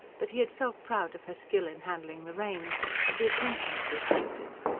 but he had felt proud of her skill in handling the reins, of the attention she attracted.